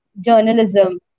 journalism